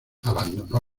abandonó